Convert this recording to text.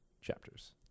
chapters